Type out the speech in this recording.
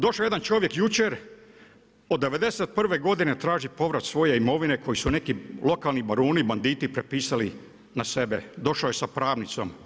Došao je jedan čovjek jučer, od '91. godine traži povrat svoje imovine koju su neki lokalni baruni, banditi prepisali na sebe, došao je sa pravnicom.